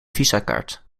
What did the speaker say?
visakaart